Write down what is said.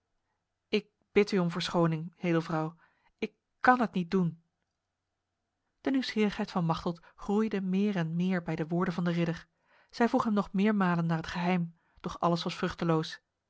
ik bid u om verschoning edelvrouw ik kan het niet doen de nieuwsgierigheid van machteld groeide meer en meer bij de woorden van de ridder zij vroeg hem nog meermalen naar het geheim doch alles was